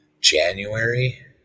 January